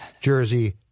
Jersey